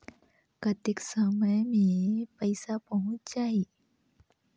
कतेक समय मे पइसा पहुंच जाही?